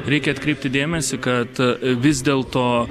reikia atkreipti dėmesį kad vis dėl to